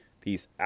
Peace